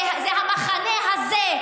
זה המחנה הזה,